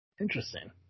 Interesting